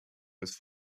was